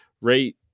rate